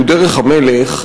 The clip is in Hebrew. שהוא דרך המלך,